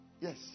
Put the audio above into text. Yes